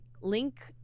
link